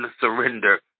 surrender